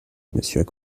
monsieur